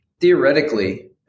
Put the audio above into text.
theoretically